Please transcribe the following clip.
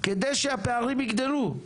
כדי שהפערים יגדלו,